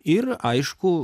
ir aišku